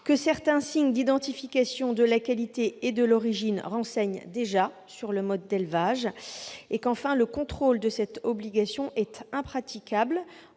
outre, certains signes d'identification de la qualité et de l'origine renseignent déjà sur le mode d'élevage. Enfin, le contrôle de cette obligation est impraticable,